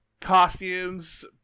costumes